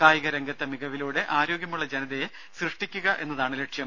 കായിക രംഗത്തെ മികവിലൂടെ ആരോഗ്യമുള്ള ജനതയെ സൃഷ്ടിക്കുക എന്നതാണ് ലക്ഷ്യം